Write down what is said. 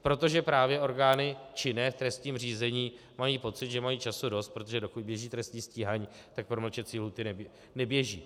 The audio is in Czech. Protože právě orgány činné v trestním řízení mají pocit, že mají času dost, protože dokud běží trestní stíhání, tak promlčecí lhůty neběží.